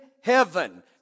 heaven